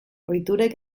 ohiturek